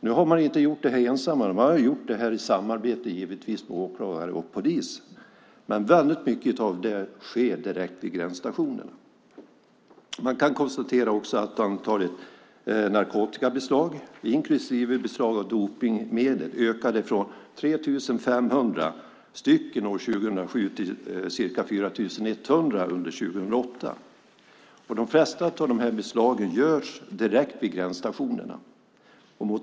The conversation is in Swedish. Man har inte gjort det ensam. Man har gjort det i samarbete med åklagare och polis. Men mycket av det sker direkt vid gränsstationerna. Antalet narkotikabeslag inklusive beslag av dopningsmedel ökade från 3 500 år 2007 till ca 4 100 under 2008. De flesta av de beslagen görs direkt vid gränsstationerna.